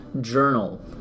journal